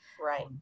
Right